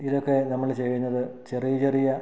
ഇതൊക്കെ നമ്മൾ ചെയ്യുന്നത് ചെറിയ ചെറിയ